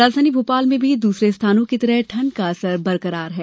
राजधानी भोपाल में भी दूसरे स्थानों की तरह ठंड का असर है